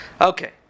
Okay